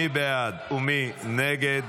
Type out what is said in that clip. מי בעד ומי נגד?